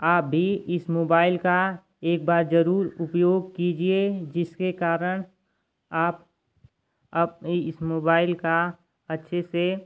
आप भी इस मोबाइल का एक बार ज़रूर उपयोग कीजिए जिसके कारण आप अपने इस मोबाइल का अच्छे से